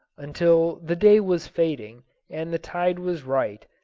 until the day was fading and the tide was right,